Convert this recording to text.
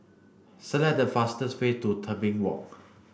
select the fastest way to Tebing Walk